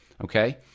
Okay